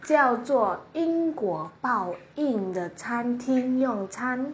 叫做因果报应的餐厅用餐